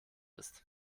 ist